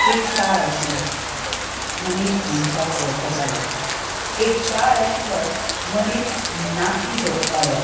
एक काळ आशिल्लो मनीस मनशाक वळखतालो एक काळ आशिल्लो मनीस नातीं जपतालो